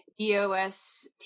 EOS